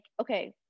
okay